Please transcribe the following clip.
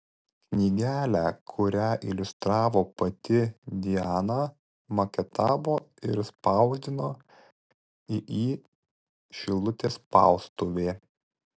knygelę kurią iliustravo pati diana maketavo ir spausdino iį šilutės spaustuvė